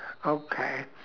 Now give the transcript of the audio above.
okay